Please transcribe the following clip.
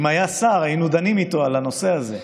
אם היה שר, היינו דנים איתו על הנושא הזה.